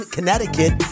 Connecticut